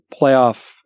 Playoff